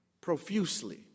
profusely